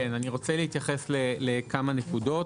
אני רוצה להתייחס לכמה נקודות.